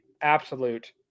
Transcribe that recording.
absolute